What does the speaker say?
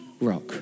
rock